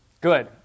Good